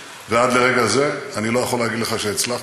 ועד לרגע זה אני לא יכול להגיד לך שהצלחתי,